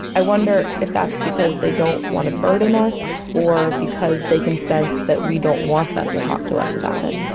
i wonder if that's because they don't wanna burden us. or, because they can sense that we don't want them to talk to us about it